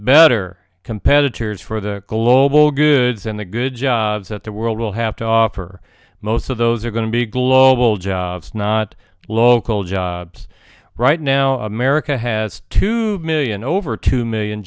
better competitors for the global goods and the good jobs that the world will have to offer most of those are going to be global jobs not local jobs right now america has two million over two million